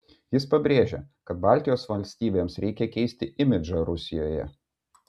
jis pabrėžė kad baltijos valstybėms reikia keisti imidžą rusijoje